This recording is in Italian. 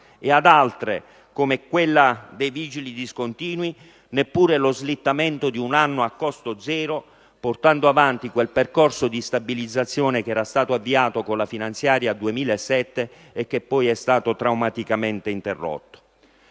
e ad altre, come quella dei vigili discontinui, neppure lo slittamento di un anno a costo zero per portare avanti quel percorso di stabilizzazione avviato con la finanziaria 2007 che poi è stato traumaticamente interrotto.